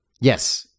Yes